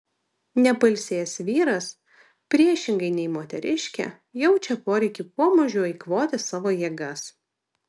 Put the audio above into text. nepailsėjęs vyras priešingai nei moteriškė jaučia poreikį kuo mažiau eikvoti savo jėgas